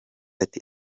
ati